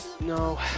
no